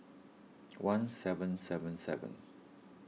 one seven seven seven